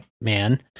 man